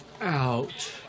Out